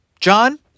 John